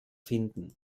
finden